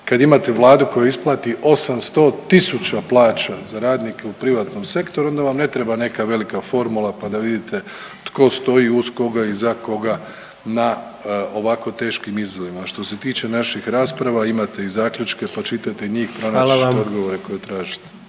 Kad imate Vladu koja isplati 800000 plaća za radnike u privatnom sektoru, onda vam ne treba neka velika formula pa da vidite tko stoji uz koga i za koga na ovako teškim izazovima. A što se tiče naših rasprava imate i zaključke, pa čitajte njih pronaći ćete odgovore koje tražite.